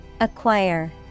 acquire